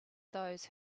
those